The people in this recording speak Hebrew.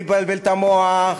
בלי לבלבל את המוח,